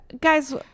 guys